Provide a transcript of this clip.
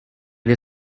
the